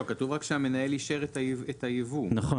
לא,